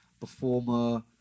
performer